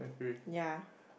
ya